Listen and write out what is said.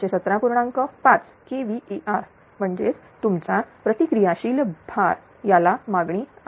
5 kVAr म्हणजेच तुम चा प्रतिक्रिया शील भार याला मागणी आहे